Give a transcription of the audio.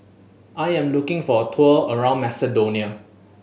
I am looking for a tour around Macedonia